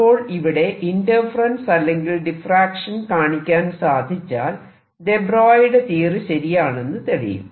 അപ്പോൾ ഇവിടെ ഇന്റർഫെറെൻസ് അല്ലെങ്കിൽ ഡിഫ്റാക്ഷൻ കാണിക്കാൻ സാധിച്ചാൽ ദെ ബ്രോയിയുടെ തിയറി ശരിയാണെന്ന് തെളിയും